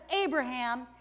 Abraham